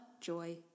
joy